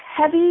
heavy